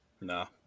No